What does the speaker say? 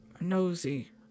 nosy